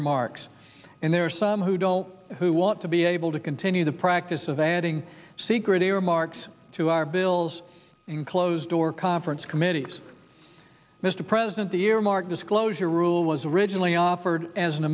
earmarks and there are some who don't who want to be able to continue the practice of adding secret earmarks to our bills in closed door conference committees mr president the earmark disclosure rule was originally off as an